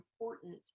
important